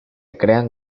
crean